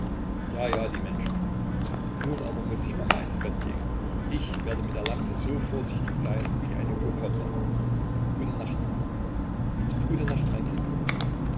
ja ja die menschen nun aber muß sich mama ins bett legen ich werde mit der lampe so vorsichtig sein wie ein hypochonder gute nacht mama gute nacht mein kind